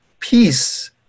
peace